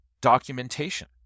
documentation